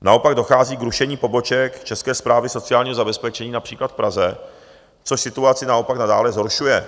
Naopak dochází k rušení poboček České správy sociálního zabezpečení, například v Praze, což situaci naopak nadále zhoršuje.